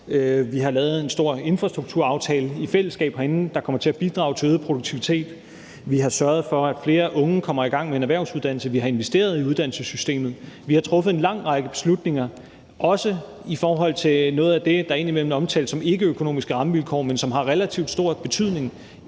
vi har lavet en stor infrastrukturaftale i fællesskab herinde, der kommer til at bidrage til øget produktivitet; vi har sørget for, at flere unge kommer i gang med en erhvervsuddannelse; vi har investeret i uddannelsessystemet. Vi har truffet en lang række beslutninger, også i forhold til noget af det, der indimellem omtales som ikkeøkonomiske rammevilkår, men som har relativt stor betydning